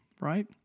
right